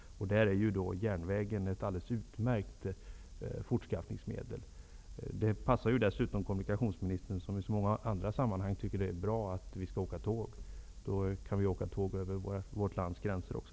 Järnvägen är ett alldeles utmärkt fortskaffningsmedel. Det passar dessutom kommunikationsministern, som i så många andra sammanhang tycker att det är bra att åka tåg -- då kan vi åka tåg över vårt lands gränser också.